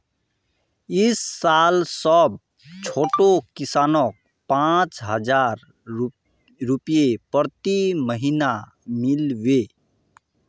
इस साल सब छोटो किसानक पांच हजार रुपए प्रति महीना मिल बे